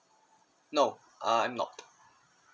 no uh I'm not